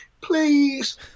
Please